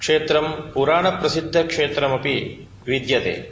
क्षेत्रं पुराणप्रसिद्धक्षेत्रमपि विद्यते